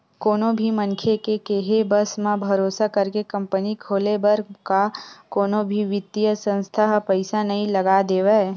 कोनो भी मनखे के केहे बस म, भरोसा करके कंपनी खोले बर का कोनो भी बित्तीय संस्था ह पइसा नइ लगा देवय